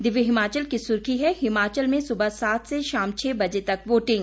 दिव्य हिमाचल की सुर्खी है हिमाचल में सुबह सात से शाम छह बजे तक वोटिंग